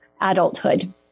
adulthood